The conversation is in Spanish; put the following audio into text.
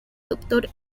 doctor